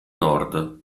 nord